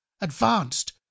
advanced